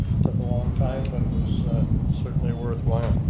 took a long time but was certainly worth while.